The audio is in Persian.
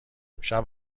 امشب